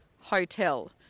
hotel